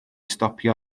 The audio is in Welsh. stopio